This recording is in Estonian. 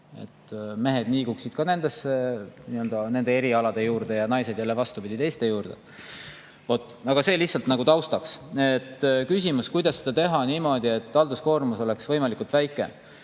et mehed liiguksid ka nende erialade juurde ja naised jälle, vastupidi, teiste juurde. Vot. Aga see oli lihtsalt taustaks. Küsimus on, kuidas seda teha niimoodi, et halduskoormus oleks võimalikult väike.